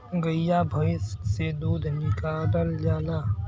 गइया भईस से दूध निकालल जाला